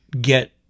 get